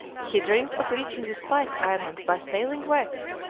he dreamt of reaching the spice islands by sailing west,